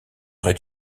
rez